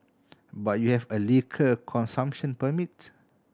but you have a liquor consumption permit